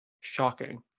Shocking